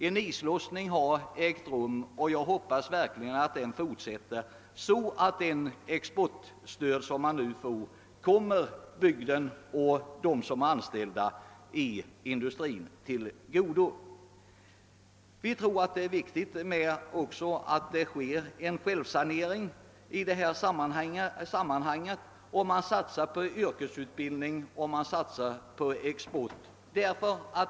En islossning har ägt rum, och jag hoppas verkligen att den fortsätter så att det exportstöd man nu får kommer bygden och dem som är anställda i industrin till godo. Vi tror också att det är viktigt att det sker en självsanering i detta sammanhang genom att man satsar på yrkesutbildning och på export.